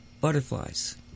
butterflies